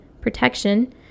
protection